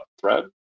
thread